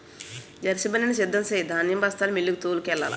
గరిసెబండిని సిద్ధం సెయ్యు ధాన్యం బస్తాలు మిల్లుకు తోలుకెల్లాల